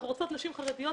אנחנו רוצות שנים חרדיות.